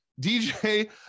DJ